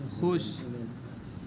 خوش